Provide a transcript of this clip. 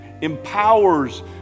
empowers